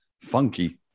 funky